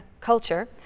culture